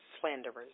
slanderers